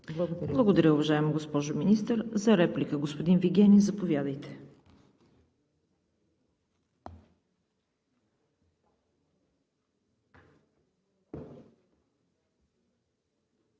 Благодаря, уважаема госпожо Министър. Реплика – господин Вигенин, заповядайте.